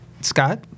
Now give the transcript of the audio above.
Scott